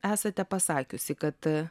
esate pasakiusi kad